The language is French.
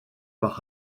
par